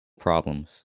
problems